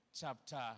chapter